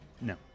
No